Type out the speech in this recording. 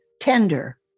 tender